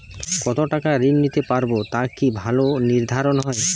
কতো টাকা ঋণ নিতে পারবো তা কি ভাবে নির্ধারণ হয়?